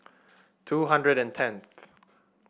two hundred and tenth